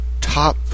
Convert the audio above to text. Top